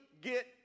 get